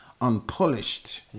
unpolished